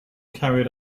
carried